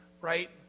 right